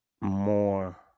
more